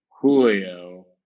Julio